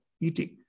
eating